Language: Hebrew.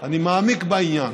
אני מעמיק בעניין.